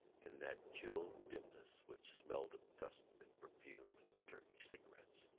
in that chill dimness which smelled of dust and perfume and turkish cigarettes.